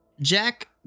Jack